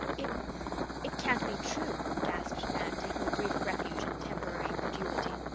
it it can't be true, gasped nan, taking a brief refuge in temporary incredulity.